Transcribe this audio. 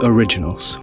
Originals